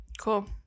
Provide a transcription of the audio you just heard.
Cool